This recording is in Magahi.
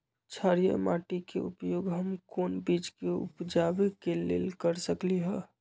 क्षारिये माटी के उपयोग हम कोन बीज के उपजाबे के लेल कर सकली ह?